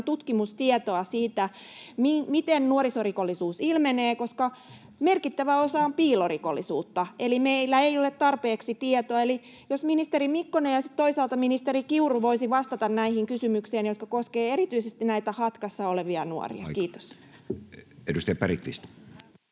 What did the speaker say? tutkimustietoa siitä, miten nuorisorikollisuus ilmenee, koska merkittävä osa on piilorikollisuutta, eli meillä ei ole tarpeeksi tietoa. Eli jospa ministeri Mikkonen ja sitten toisaalta ministeri Kiuru voisivat vastata näihin kysymyksiin, jotka koskevat erityisesti näitä hatkassa olevia nuoria. — Kiitos. Edustaja Bergqvist.